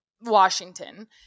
Washington